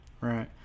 right